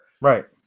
Right